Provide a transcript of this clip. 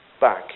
back